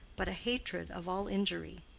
but, a hatred of all injury.